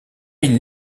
mille